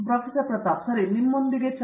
professor Pratap Haridoss ಸರಿ professor R